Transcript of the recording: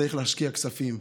צריך להשקיע כספים,